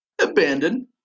abandoned